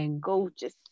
gorgeous